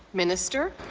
minister?